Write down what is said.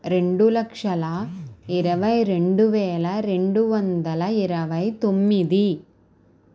రెండు లక్షల ఇరవై రెండు వేల రెండు వందల ఇరవై తొమ్మిది